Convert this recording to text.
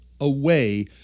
away